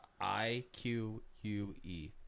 I-Q-U-E